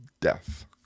death